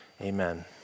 Amen